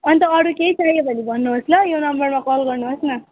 अन्त अरू केही चाहियो भने भन्नुहोस् ल यो नम्बरमा कल गर्नुहोस् न